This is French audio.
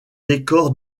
décor